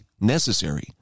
necessary